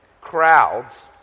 Crowds